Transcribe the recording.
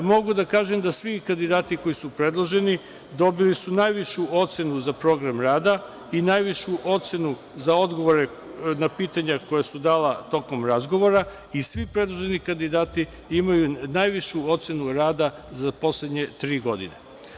Mogu da kažem da su svi kandidati koji su predloženi dobili najvišu ocenu za program rada i najvišu ocenu za odgovore na pitanja koja su dala tokom razgovora i svi predloženi kandidati imaju najvišu ocenu rada za poslednje tri godine.